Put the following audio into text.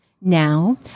Now